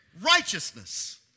righteousness